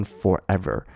forever